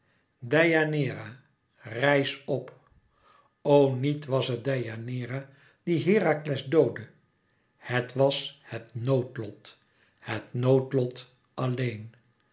rijs op o niet was het deianeira die herakles doodde het was het noodlot het noodlot alleen